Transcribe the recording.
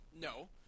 No